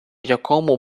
якому